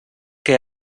què